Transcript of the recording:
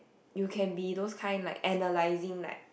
you can be those kind like analysing like